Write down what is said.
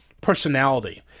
personality